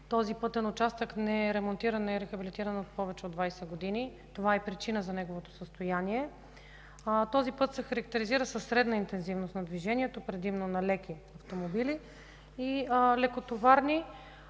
Този пътен участък не е ремонтиран, не е рехабилитиран повече от 20 години. Това е причината за неговото състояние. Този път се характеризира със средна интензивност на движението, предимно на леки и лекотоварни